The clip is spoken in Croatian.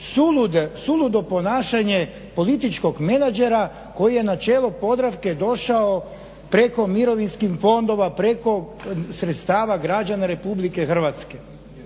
suludo ponašanje političkog menadžera koji je na čelu Podravke došao preko mirovinskih fondova, preko sredstava građana RH. ja vas